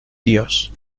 dios